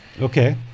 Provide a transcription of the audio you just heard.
Okay